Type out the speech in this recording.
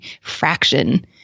fraction